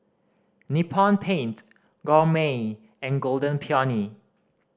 Nippon Paint Gourmet and Golden Peony